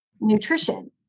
nutrition